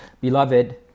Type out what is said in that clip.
Beloved